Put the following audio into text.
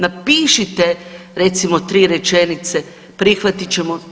Napišite recimo 3 rečenice, prihvatit ćemo.